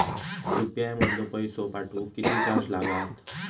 UPI मधलो पैसो पाठवुक किती चार्ज लागात?